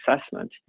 assessment